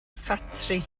ffatri